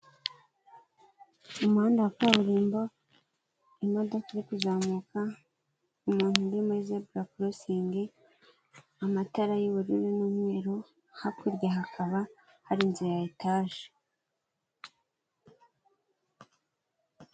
Umuhanda wa kaburimbo, imodoka iri kuzamuka, umuntu uri muri zebra crossing, amatara y'ubururu n'umweru, hakurya hakaba hari inzu ya etaje.